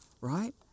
right